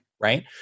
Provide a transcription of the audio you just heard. right